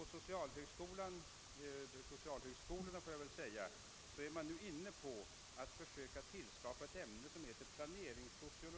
På socialhögskolorna håller man nu på att införa ett ämne som heter planeringssociologi.